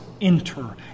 enter